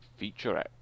featurette